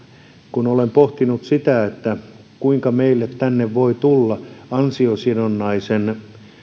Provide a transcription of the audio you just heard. kun olen pohtinut sitä kuinka meille tänne voi tulla ansiosidonnaisen